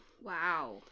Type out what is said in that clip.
Wow